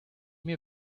mir